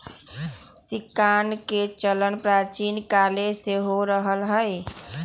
सिक्काके चलन प्राचीन काले से हो रहल हइ